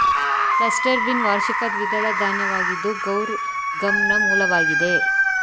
cluster bean ವಾರ್ಷಿಕ ದ್ವಿದಳ ಧಾನ್ಯವಾಗಿದ್ದು ಗೌರ್ ಗಮ್ನ ಮೂಲವಾಗಿದೆ